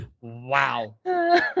Wow